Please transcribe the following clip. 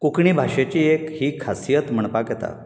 कोंकणी भाशेची ही एक ही खासियत म्हणपाक येता